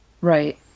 right